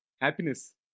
Happiness